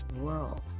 world